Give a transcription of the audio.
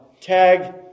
tag